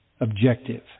objective